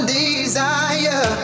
desire